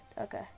Okay